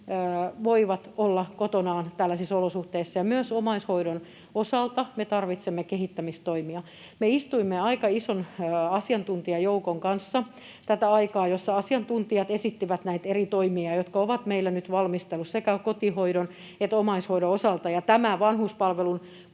voivat olla kotonaan tällaisissa olosuhteissa. Myös omaishoidon osalta me tarvitsemme kehittämistoimia. Me istuimme aika ison asiantuntijajoukon kanssa, ja asiantuntijat esittivät näitä eri toimia, jotka ovat meillä nyt valmistelussa sekä kotihoidon että omaishoidon osalta, ja tämä vanhuspalvelun